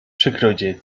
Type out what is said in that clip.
przegrodzie